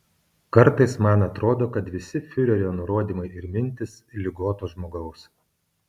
kartais man atrodo kad visi fiurerio nurodymai ir mintys ligoto žmogaus